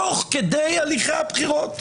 תוך כדי הליכי הבחירות.